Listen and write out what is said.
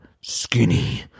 skinny